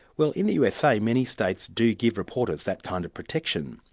well in the usa, many states do give reporters that kind of protection,